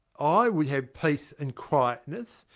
i would have peace and quietness,